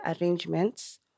arrangements